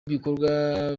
bikorwa